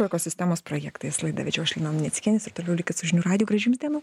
ekosistemos projektais laidą vedžiau aš lina luneckienė jūs ir toliau likit su žinių radiju gražių jums dienų